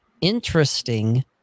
interesting